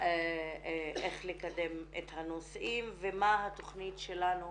איך לקדם את הנושאים ומה התכנית שלנו